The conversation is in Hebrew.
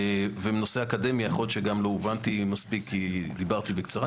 הנושא האקדמי יכול להיות שגם לא הובנתי מספיק כי דיברתי בקצרה.